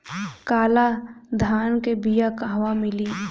काला धान क बिया कहवा मिली?